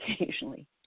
Occasionally